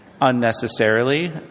unnecessarily